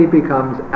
becomes